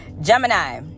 gemini